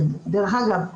דרך אגב,